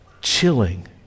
chilling